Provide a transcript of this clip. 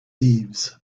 thieves